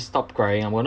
stop crying I want to